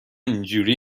اینجوری